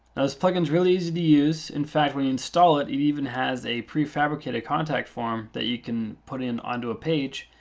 plugin's really easy to use. in fact, when you install it, it even has a pre-fabricated contact form that you can put in onto a page.